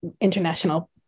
international